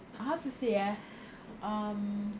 how to say ah um